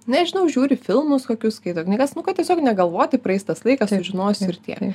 nežinau žiūri filmus kokius skaito knygas nu kad tiesiog negalvoti praeis tas laikas sužinosiu ir tiek